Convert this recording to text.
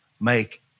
make